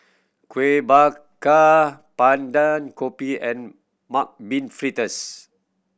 Kuih Bakar Pandan kopi and Mung Bean Fritters